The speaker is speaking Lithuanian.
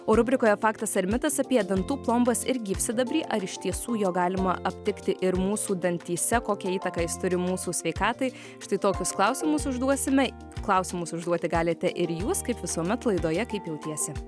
o rubrikoje faktas ar mitas apie dantų plombas ir gyvsidabrį ar iš tiesų jo galima aptikti ir mūsų dantyse kokią įtaką jis turi mūsų sveikatai štai tokius klausimus užduosime klausimus užduoti galite ir jūs kaip visuomet laidoje kaip jautiesi